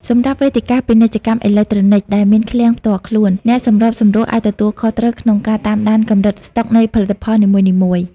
សម្រាប់វេទិកា ពាណិជ្ជកម្មអេឡិចត្រូនិក ដែលមានឃ្លាំងផ្ទាល់ខ្លួន អ្នកសម្របសម្រួលអាចទទួលខុសត្រូវក្នុងការតាមដានកម្រិតស្តុកនៃផលិតផលនីមួយៗ។